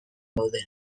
gaude